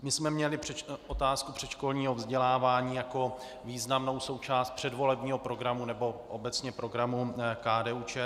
My jsme měli otázku předškolního vzdělávání jako významnou součást předvolebního programu, nebo obecně programu KDUČSL.